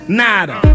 nada